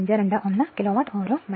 521 kilowatt മണിക്കൂർ